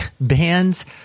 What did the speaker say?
band's